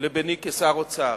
לביני כשר האוצר.